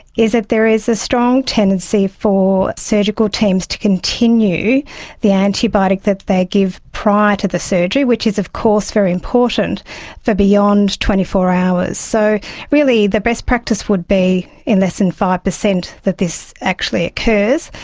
is that there is a strong tendency for surgical teams to continue the antibiotic that they give prior to the surgery, which is of course very important for beyond twenty four hours. so really the best practice would be in less than five percent that this actually occurs.